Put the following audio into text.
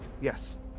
Yes